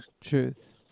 truth